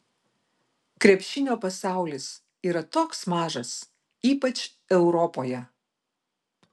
krepšinio pasaulis yra toks mažas ypač europoje